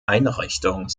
einrichtung